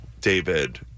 David